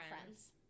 friends